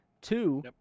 Two